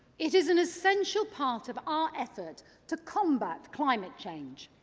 it is an essential part of our effort to combat climate change.